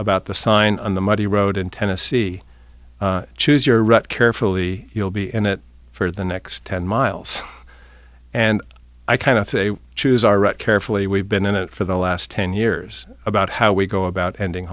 about the sign on the muddy road in tennessee choose your route carefully you'll be in it for the next ten miles and i kind of choose our right carefully we've been in it for the last ten years about how we go about ending